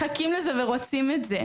מחכים לזה ורוצים את זה.